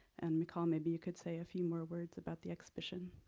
and michal, maybe you could say a few more words about the exhibition.